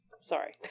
Sorry